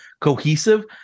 cohesive